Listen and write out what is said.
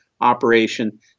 operation